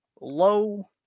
low